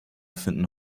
finden